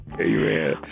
Amen